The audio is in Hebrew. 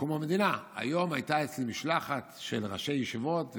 בקום המדינה: היום הייתה אצלי משלחת של ראשי ישיבות,